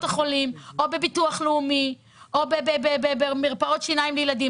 החולים או בביטוח לאומי או במרפאות שיניים לילדים.